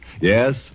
Yes